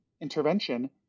intervention